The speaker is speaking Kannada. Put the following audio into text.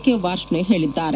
ಕೆ ವಾರ್ಷ್ನೆ ಹೇಳಿದ್ದಾರೆ